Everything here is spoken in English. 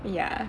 ya